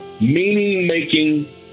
meaning-making